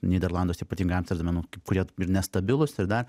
nyderlanduose ypatingai amsterdame nu kaip kurie ir nestabilūs ir dar